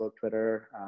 Twitter